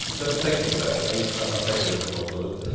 and but thank you for that and i ah take it as a compliment.